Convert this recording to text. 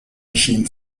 machine